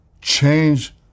change